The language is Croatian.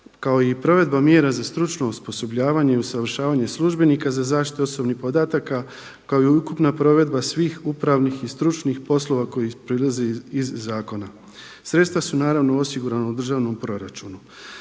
kao i provedba mjera za stručno osposobljavanje i usavršavanje službenika za zaštitu osobnih podataka kao i ukupna provedba svih upravnih i stručnih poslova koji proizlaze iz zakona. Sredstva su naravno osigurana u državnom proračunu.